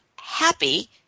Happy